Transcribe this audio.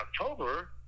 October